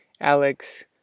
Alex